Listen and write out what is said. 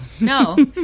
no